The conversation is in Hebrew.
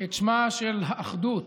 את שמה של האחדות.